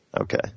Okay